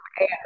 air